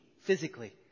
physically